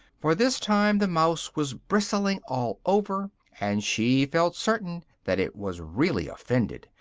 for this time the mouse was bristling all over, and she felt certain that it was really offended,